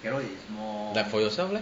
like for yourself leh